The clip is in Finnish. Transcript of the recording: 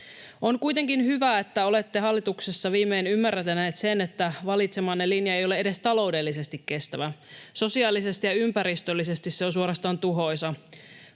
On kuitenkin hyvä, että olette hallituksessa viimein ymmärtäneet sen, että valitsemanne linja ei ole edes taloudellisesti kestävä. Sosiaalisesti ja ympäristöllisesti se on suorastaan tuhoisa.